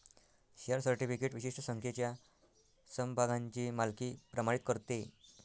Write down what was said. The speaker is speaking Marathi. शेअर सर्टिफिकेट विशिष्ट संख्येच्या समभागांची मालकी प्रमाणित करते